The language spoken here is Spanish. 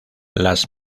las